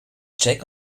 checked